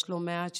יש לא מעט שסובלים,